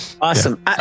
Awesome